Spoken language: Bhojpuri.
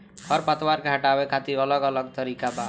खर पतवार के हटावे खातिर अलग अलग तरीका बा